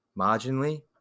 marginally